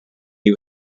you